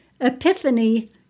Epiphany